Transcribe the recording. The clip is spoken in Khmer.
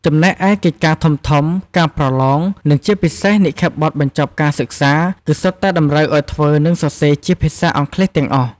ចំណែកឯកិច្ចការធំៗ ការប្រឡង និងជាពិសេស និក្ខេបបទបញ្ចប់ការសិក្សា គឺសុទ្ធតែតម្រូវឱ្យធ្វើ និងសរសេរជា ភាសាអង់គ្លេស ទាំងអស់។